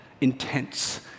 intense